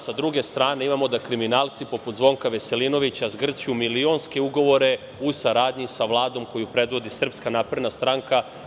Sa druge strane, imamo da kriminalci poput Zvonka Veselinovića zgrću milionske ugovore u saradnji sa Vladom koju predvodi Srpska napredna stranka.